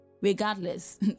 regardless